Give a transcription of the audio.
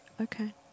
Okay